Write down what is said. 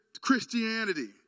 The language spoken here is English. Christianity